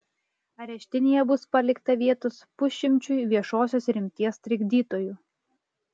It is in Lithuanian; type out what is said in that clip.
areštinėje bus palikta vietos pusšimčiui viešosios rimties trikdytojų